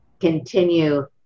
Continue